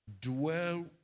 dwell